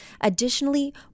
Additionally